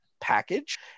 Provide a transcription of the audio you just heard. package